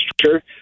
structure